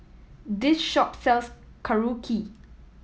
this shop sells Korokke